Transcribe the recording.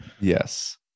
Yes